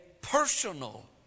personal